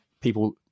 people